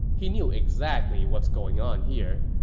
he knew exactly what's going on here.